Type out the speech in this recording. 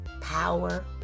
power